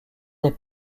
des